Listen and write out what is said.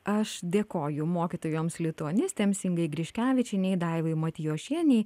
aš dėkoju mokytojoms lituanistėms ingai griškevičienei daivai matijošienei